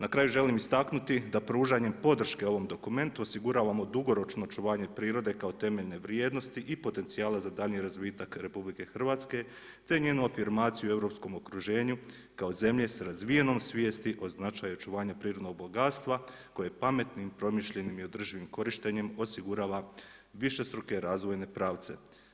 Na kraju želim istaknuti da pružanjem podrške ovom dokumentu osiguravamo dugoročno očuvanje prirode kao temeljne vrijednosti i potencijala za daljnji razvitak RH te njenu afirmaciju u europskom okruženju kao zemlje sa razvijenom svijesti o značaju očuvanja prirodnog bogatstva koje pametnim, promišljenim i održivim korištenjem osigurava višestruke razvojne pravce.